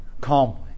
calmly